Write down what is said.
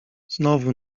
znowu